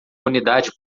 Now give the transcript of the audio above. unidade